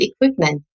equipment